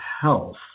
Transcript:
health